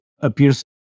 appears